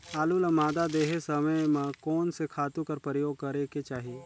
आलू ल मादा देहे समय म कोन से खातु कर प्रयोग करेके चाही?